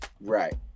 Right